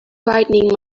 frightening